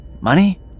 Money